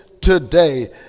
today